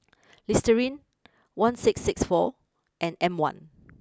Listerine one six Six four and M one